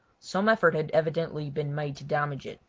some effort had evidently been made to damage it,